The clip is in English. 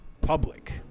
Public